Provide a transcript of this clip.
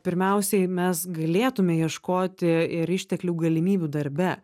pirmiausiai mes galėtume ieškoti ir išteklių galimybių darbe